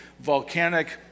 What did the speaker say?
volcanic